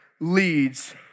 leads